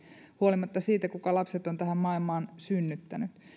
huolimatta siitä kuka lapset on tähän maailmaan synnyttänyt